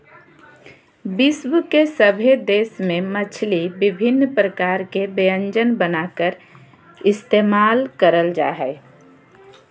विश्व के सभे देश में मछली विभिन्न प्रकार के व्यंजन बनाकर इस्तेमाल करल जा हइ